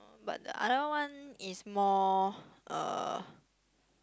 but the other one is more uh